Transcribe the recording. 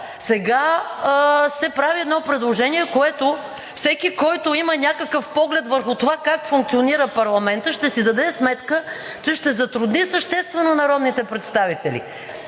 Сега се прави едно предложение, което всеки, който има някакъв поглед върху това как функционира парламентът, ще си даде сметка, че ще затрудни съществено народните представители.